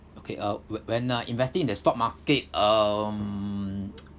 okay uh whe~ when uh investing in the stock market um